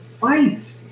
fight